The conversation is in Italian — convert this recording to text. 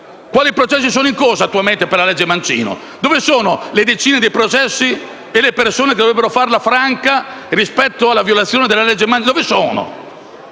Quali processi sono attualmente in corso per la violazione della legge Mancino? Dove sono le decine di processi e le persone che dovrebbero farla franca rispetto alla violazione della legge Mancino? Dove sono?